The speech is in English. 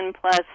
plus